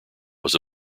was